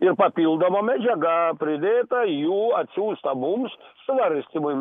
ir papildoma medžiaga pridėta jų atsiųsta mums svarstymui